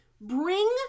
Bring